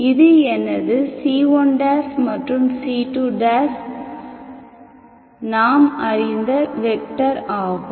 இது எனது c1 மற்றும் c2 நாம் அறிந்த வெக்டர் ஆகும்